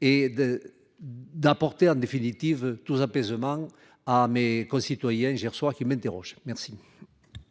et de d'apporter en définitive tout apaisement à mes concitoyens hier soir qui m'interroge merci.